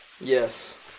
Yes